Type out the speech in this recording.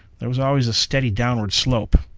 there was always a steady downward slope.